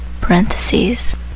parentheses